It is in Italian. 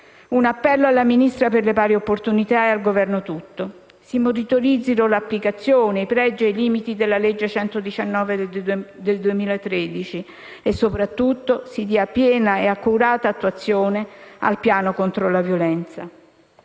Un appello alla Ministra per le pari opportunità e al Governo tutto: si monitorino l'applicazione, i pregi e i limiti della legge n. 119 del 2013, e soprattutto si dia piena e accurata attuazione al piano contro la violenza.